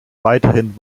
weiterhin